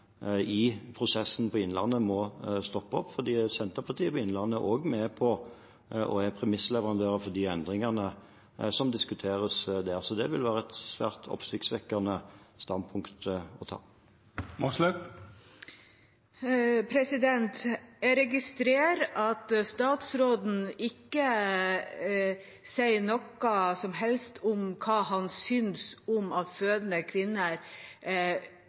i prosessen i Innlandet må stoppe opp, for Senterpartiet i Innlandet er også med på og er premissleverandører for de endringene som diskuteres der. Så det vil være et svært oppsiktsvekkende standpunkt å ta. Jeg registrerer at statsråden ikke sier noe som helst om hva han synes om at fødende kvinner